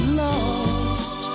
lost